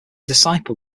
disciple